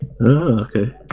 Okay